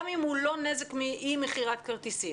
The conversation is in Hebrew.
גם אם הוא לא נזק שנגרם מאי-מכירת כרטיסים.